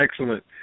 Excellent